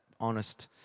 honest